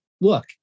Look